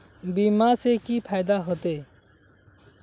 बीमा से की फायदा होते?